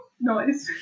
noise